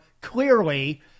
clearly